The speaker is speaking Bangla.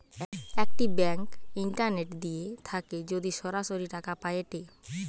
একটি ব্যাঙ্ক ইন্টারনেট দিয়ে থাকে যদি সরাসরি টাকা পায়েটে